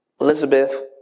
Elizabeth